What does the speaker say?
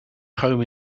home